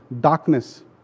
darkness